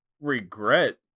regret